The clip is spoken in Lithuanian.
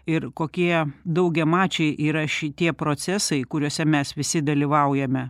ir kokie daugiamačiai yra šitie procesai kuriuose mes visi dalyvaujame